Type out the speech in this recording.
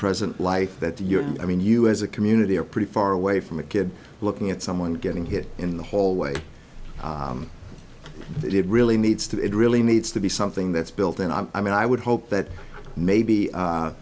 present life that you're i mean you as a community are pretty far away from a kid looking at someone getting hit in the hallway that it really needs to it really needs to be something that's built and i mean i would hope that maybe